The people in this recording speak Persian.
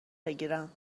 بگیرم